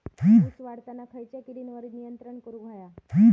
ऊस वाढताना खयच्या किडींवर नियंत्रण करुक व्हया?